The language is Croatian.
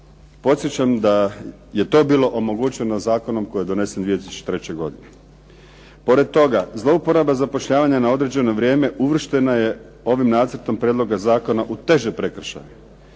Podsjećam da je to bilo omogućeno zakonom koji je donesen 2003. godine. Pored toga zlouporaba zapošljavanja na određeno vrijeme uvršteno je ovim nacrtom prijedloga zakona u teže prekršaje.